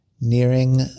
nearing